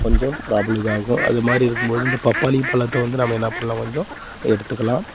கொஞ்சம் ப்ராப்ளம் இதாகும் அது மாதிரி இருக்கும் போது இந்த பப்பாளி பழத்த வந்து நாம் என்ன பண்ணலாம் கொஞ்சம் எடுத்துக்கலாம்